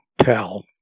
tell